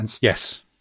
Yes